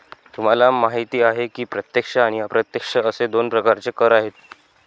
तुम्हाला माहिती आहे की प्रत्यक्ष आणि अप्रत्यक्ष असे दोन प्रकारचे कर आहेत